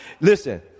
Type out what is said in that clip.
listen